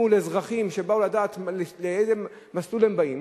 מול אזרחים שבאו לדעת לאיזה מסלול הם באים.